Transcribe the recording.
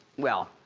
well,